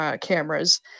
cameras